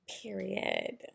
Period